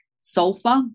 sulfur